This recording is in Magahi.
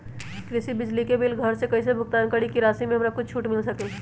कृषि बिजली के बिल घर से कईसे भुगतान करी की राशि मे हमरा कुछ छूट मिल सकेले?